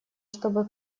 чтобы